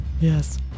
yes